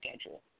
schedule